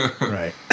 right